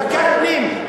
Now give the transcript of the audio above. מבקר, מבקר פנים.